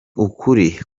ukuri